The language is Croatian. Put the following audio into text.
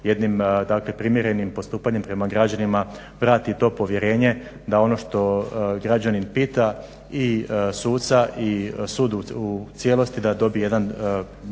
dakle primjerenim postupanjem prema građanima vrati to povjerenje da oni što građanin pita i suca i sud u cijelosti da dobije jedan